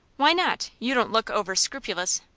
why not? you don't look over scrupulous.